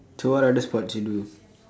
so what other sports you do